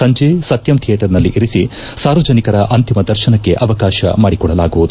ಸಂಜೆ ಸತ್ಯಂ ಥಿಯೇಟರ್ನಲ್ಲಿ ಇರಿಸಿ ಸಾರ್ವಜನಿಕರ ಅಂತಿಮ ದರ್ಶನಕ್ಕೆ ಅವಕಾಶ ಮಾಡಿಕೊಡಲಾಗುವುದು